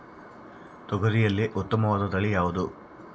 ತೊಗರಿಯಲ್ಲಿ ಉತ್ತಮವಾದ ತಳಿ ಯಾವುದು?